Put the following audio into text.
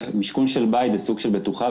משכוּן של בית זה סוג של בטוחה,